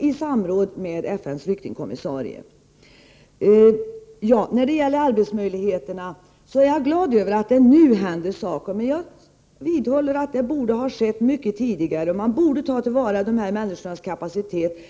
i samråd med FN:s flyktingkommissarie. När det gäller arbetsmöjligheterna är jag glad över att det nu händer saker. Men jag vidhåller att det borde ha skett mycket tidigare. Man borde ta till vara dessa människors kapacitet.